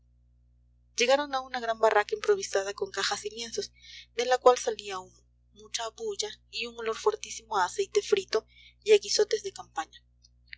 llegaron a una gran barraca improvisada con cajas y lienzos de la cual salía humo mucha bulla y un olor fuertísimo a aceite frito y a guisotes de campaña